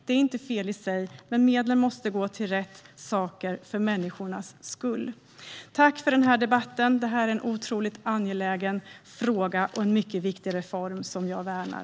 Det är inte fel i sig, men medlen måste gå till rätt saker för människornas skull. Tack för debatten! Det här är en otroligt angelägen fråga och en mycket viktig reform, som jag värnar.